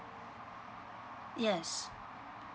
yes